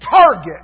target